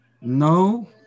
No